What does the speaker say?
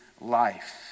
life